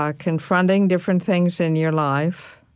ah confronting different things in your life.